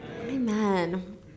Amen